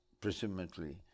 presumably